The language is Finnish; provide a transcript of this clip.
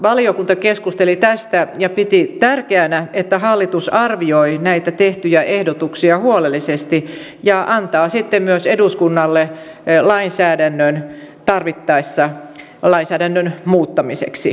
valiokunta keskusteli tästä ja piti tärkeänä että hallitus arvioi näitä tehtyjä ehdotuksia huolellisesti ja antaa sitten myös eduskunnalle lainsäädännön tarvittaessa lainsäädännön muuttamiseksi